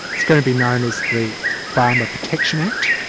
it's going to be known as the farmer protection act,